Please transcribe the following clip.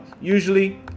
Usually